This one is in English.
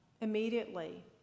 immediately